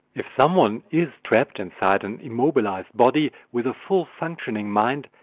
if someone is trapped inside an immobilised body, with a full functioning mind,